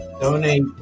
Donate